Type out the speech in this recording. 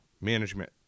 management